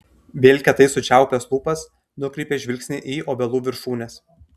vėl kietai sučiaupęs lūpas nukreipia žvilgsnį į obelų viršūnes